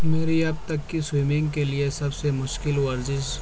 میری اب تک کی سوئمنگ کے لیے سب سے مشکل ورزش